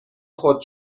خود